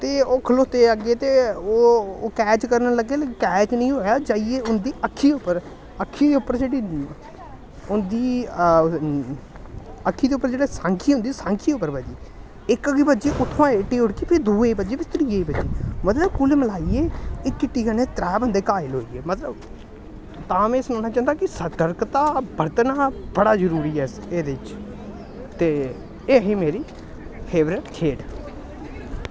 ते ओह् खड़ोते अग्गें ते ओह् कैच करन लग्गे लेकिन कैच निं होएआ जाइयै उं'दी अक्खीं उप्पर अक्खी उप्पर जेह्ड़ी होंदी अक्खीं उप्पर जेह्ड़ी सांखी होंदी सांखी उप्पर बज्जी इक गी बज्जी उत्थुआं इट्टी उड़की ते फ्ही दुए गी बज्जी भी त्रियेगी बज्जी मतलब कुल मलाइयै इक इट्टी कन्नै त्रै बंदे घाऽल होई गे मतलब तां में सनाना चांह्दा कि सतर्कता बरतना बड़ा जरूरी ऐ इस एह्दे च ते एह् ही मेरी फेवरट खेढ